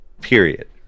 period